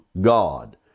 God